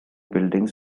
buildings